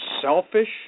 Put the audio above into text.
selfish